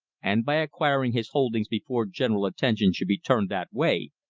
and by acquiring his holdings before general attention should be turned that way,